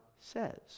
says